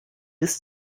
bis